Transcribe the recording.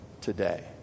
today